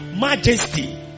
majesty